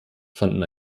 fanden